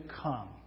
come